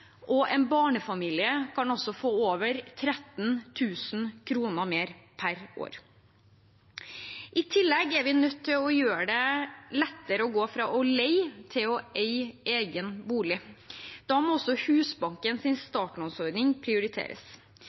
og en barnefamilie kan også få over 13 000 kr mer per år. I tillegg er vi nødt til å gjøre det lettere å gå fra å leie til å eie egen bolig. Da må også Husbankens startlånsordning prioriteres.